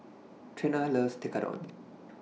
Trena loves Tekkadon